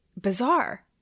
bizarre